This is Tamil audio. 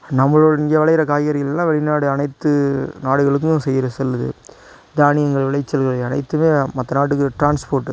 நம்மளோ இங்கே விளையிற காய்கறிகள்லாம் வெளிநாடு அனைத்து நாடுகளுக்கும் செய்கிற செல்லுது தானியங்கள் விளைச்சல் இவை அனைத்துமே மற்ற நாட்டுக்கு ட்ரான்ஸ்போர்ட்டு